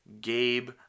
Gabe